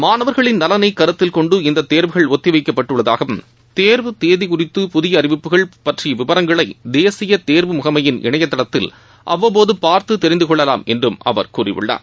மாணவர்களின் நலனைக் கருத்தில் கொண்டு இந்தத் தேர்வுகள் ஒத்தி வைக்கப்பட்டுள்ளதாகவும் தேர்வு குறித்த புதிய அறிவிப்புகள் பற்றிய விவரங்களை தேசிய தேர்வு முகமையின் இணைய தளத்தில் அவ்வப்போது பார்த்து தெரிந்து கொள்ளலாம் என்றும் அவர் கூறியுள்ளார்